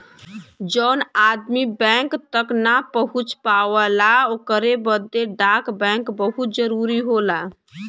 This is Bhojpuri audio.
जौन आदमी बैंक तक ना पहुंच पावला ओकरे बदे डाक बैंक बहुत जरूरी होला